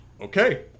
okay